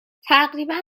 تقریبا